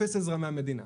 אפס עזרה מהמדינה.